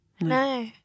no